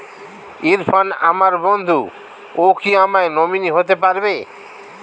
ইরফান আমার বন্ধু ও কি আমার নমিনি হতে পারবে?